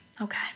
Okay